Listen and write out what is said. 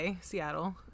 Seattle